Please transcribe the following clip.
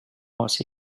was